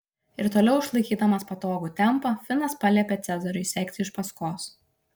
ir toliau išlaikydamas patogų tempą finas paliepė cezariui sekti iš paskos